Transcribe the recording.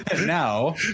now